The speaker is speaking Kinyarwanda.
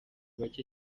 bake